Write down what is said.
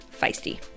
FEISTY